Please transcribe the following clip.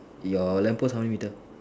your lamppost how many meter